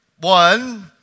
one